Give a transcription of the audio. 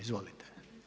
Izvolite.